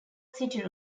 city